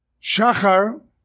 Shachar